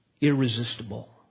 irresistible